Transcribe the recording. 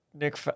Nick